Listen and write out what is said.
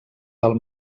del